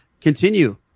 continue